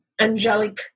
angelic